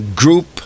group